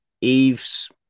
Eve's